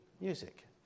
music